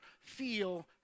feel